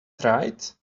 tried